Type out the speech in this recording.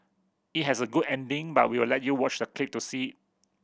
it has a good ending but we'll let you watch the clip to see it